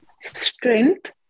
strength